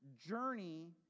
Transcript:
journey